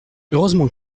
heureusement